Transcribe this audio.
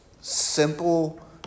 simple